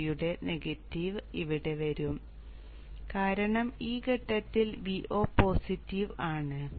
Vo യുടെ negative ഇവിടെ വരും കാരണം ഈ ഘട്ടത്തിൽ Vo പോസിറ്റീവ് ആണ്